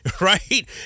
right